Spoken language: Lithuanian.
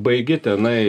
baigi tenai